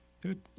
Good